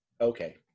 Okay